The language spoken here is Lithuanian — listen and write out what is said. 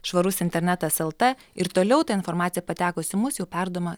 švarus internetas lt ir toliau ta informacija patekus į mus jau perduodama